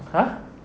!huh!